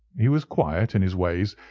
he was quiet in his ways,